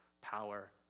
power